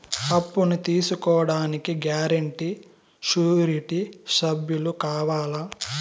అప్పును తీసుకోడానికి guarantee, surety సభ్యులు కావాలా?